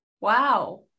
Wow